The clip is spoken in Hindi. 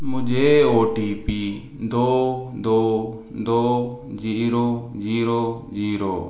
मुझे ओ टी पी दो दो दो जीरो जीरो जीरो